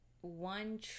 one